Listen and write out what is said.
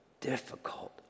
difficult